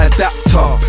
Adapter